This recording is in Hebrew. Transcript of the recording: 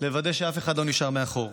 ווידוא שאף אחד לא נשאר מאחור.